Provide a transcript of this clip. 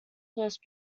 first